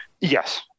Yes